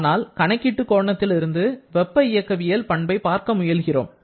ஆனால் கணக்கீட்டு கோணத்திலிருந்து வெப்ப இயக்கவியல் பண்பை பார்க்க முயல்கிறோம்